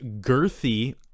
girthy